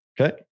Okay